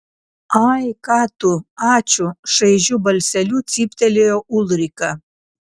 ai ką tu ačiū šaižiu balseliu cyptelėjo ulrika